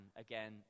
again